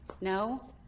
no